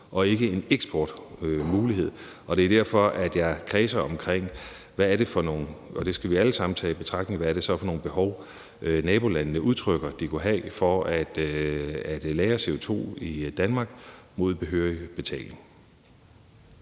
og ikke en eksportmulighed, og det er derfor, at jeg kredser omkring, hvad det er for nogle behov – og det skal vi alle sammen tage i betragtning – som nabolandene udtrykker at de kunne have for at lagre CO2 i Danmark mod behørig betaling.